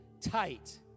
tight